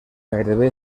gairebé